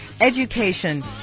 education